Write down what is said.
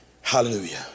Hallelujah